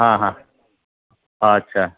हां हां अच्छा